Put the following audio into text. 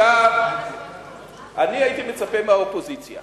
אני הייתי מצפה מהאופוזיציה